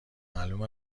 معلوم